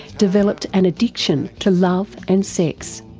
developed an addiction to love and sex.